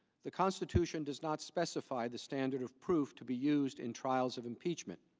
the constitution does not specify the standard approved to be used in trials of impeachment,